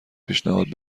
پیشنهاد